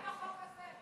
אתה מאמין בחוק הזה?